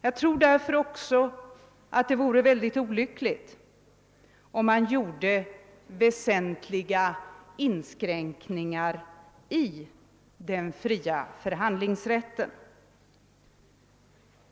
Jag anser därför, att det vore olyckligt att genomföra väsentliga inskränkningar i den fria förhandlingsrätten.